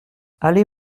allée